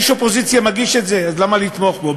איש אופוזיציה מגיש את זה, אז למה לתמוך בו.